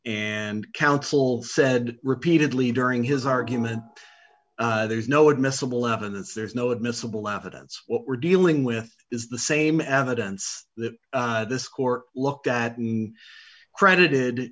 and counsel said repeatedly during his argument there is no admissible evidence there's no admissible evidence what we're dealing with is the same evidence that this court looked at and credited